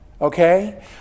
Okay